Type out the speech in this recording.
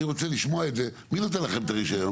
אני רוצה לשמוע את זה, מי נותן לכם את הרישיון?